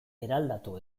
eraldatu